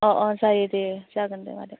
अ' अ' जायो दे जागोन दे मादै